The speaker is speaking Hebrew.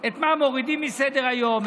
את מה מורידים מסדר-היום,